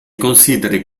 consideri